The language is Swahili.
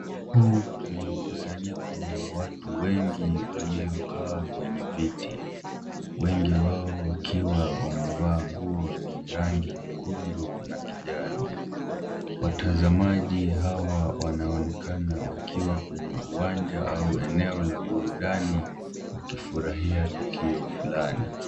Huu ni mkusanyiko wa watu wengi waliokaa kwenye viti, wengi wao wakiwa wamevaa nguo zenye rangi nyekundu na kijani, watazamaji hawa wanaonekana wakiwa kwenye uwanja au eneo la burundani wakifurahia tukio fulani.